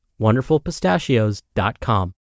wonderfulpistachios.com